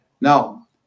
Now